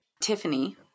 Tiffany